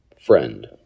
friend